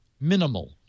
minimal